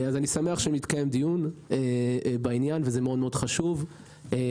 אז אני שמח שמתקיים דיון בעניין, זה חשוב מאוד.